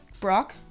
Brock